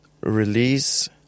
release